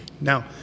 Now